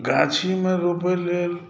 गाछीमे रोपय लेल